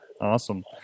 Awesome